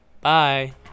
Bye